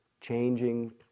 changing